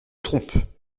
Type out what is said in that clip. trompes